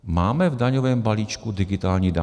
Máme v daňovém balíčku digitální daň?